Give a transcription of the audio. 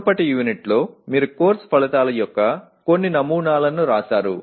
మునుపటి యూనిట్లో మీరు కోర్సు ఫలితాల యొక్క కొన్ని నమూనాలను వ్రాశారు